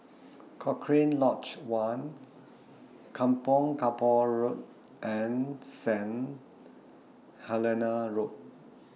Cochrane Lodge one Kampong Kapor Road and Saint Helena Road